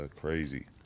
Crazy